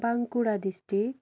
Bankura district